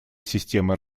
системы